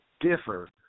differ